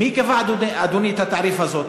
מי קבע, אדוני, את התעריף הזה?